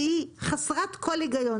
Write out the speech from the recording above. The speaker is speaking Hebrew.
שהיא חסרת כל היגיון?